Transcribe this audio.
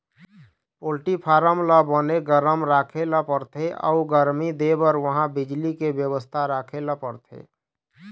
poultry farm ल बने गरम राखे ल परथे अउ गरमी देबर उहां बिजली के बेवस्था राखे ल परथे